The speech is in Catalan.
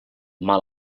mal